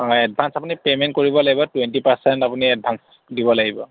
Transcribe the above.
হয় এডভান্স আপুনি পেমেন্ট কৰিব লাগিব টুৱেণ্টি পাৰচেণ্ট আপুনি এডভান্স দিব লাগিব